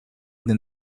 did